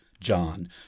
John